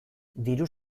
diru